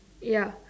ya